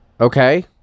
Okay